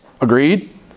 Agreed